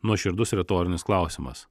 nuoširdus retorinis klausimas